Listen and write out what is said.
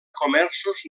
comerços